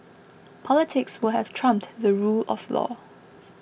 politics will have trumped the rule of law